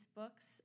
books